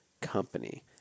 company